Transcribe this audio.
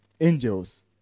Angels